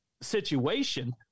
situation